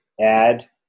add